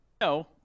No